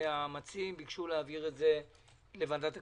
והמציעים ביקשו להעביר את זה לוועדת הכספים.